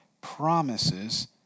promises